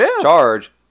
charge